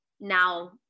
now-